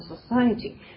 society